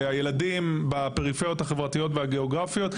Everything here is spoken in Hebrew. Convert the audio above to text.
הילדים בפריפריות החברתיות והגאוגרפיות,